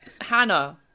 Hannah